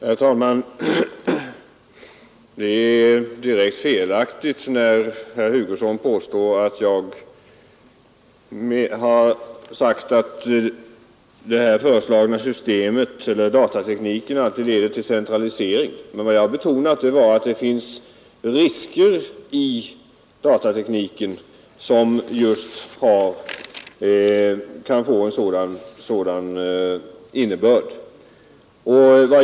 Herr talman! Det är direkt felaktigt av herr Hugosson att påstå att jag sagt att datatekniken alltid leder till centralisering. Jag betonade att det fanns risker för centralisering i datatekniken.